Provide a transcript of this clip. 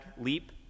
leap